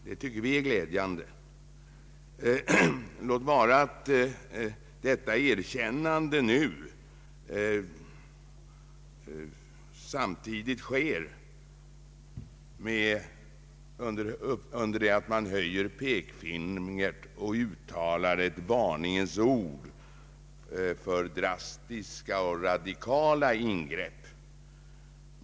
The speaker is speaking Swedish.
Det tycker vi är glädjande, låt vara att detta erkännande kommer samtidigt som man höjer pekfingret och uttalar ett varningens ord för drastiska och radikala ingrepp.